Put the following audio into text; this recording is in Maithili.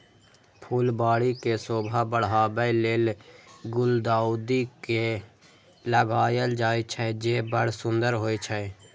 फुलबाड़ी के शोभा बढ़ाबै लेल गुलदाउदी के लगायल जाइ छै, जे बड़ सुंदर होइ छै